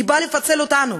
היא באה לפצל אותנו,